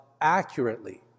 accurately